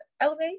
elevate